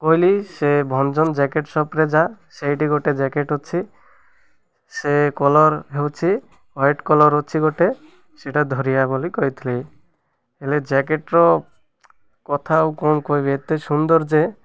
କହିଲି ସେ ଭଞ୍ଜନ ଜ୍ୟାକେଟ୍ ସପ୍ରେ ଯା ସେଇଟିି ଗୋଟେ ଜ୍ୟାକେଟ୍ ଅଛି ସେ କଲର୍ ହେଉଛି ହ୍ୱାଇଟ୍ କଲର୍ ଅଛି ଗୋଟେ ସେଟା ଧରିଆ ବୋଲି କହିଥିଲି ହେଲେ ଜ୍ୟାକେଟ୍ର କଥା ଆଉ କ'ଣ କହିବି ଏତେ ସୁନ୍ଦର ଯେ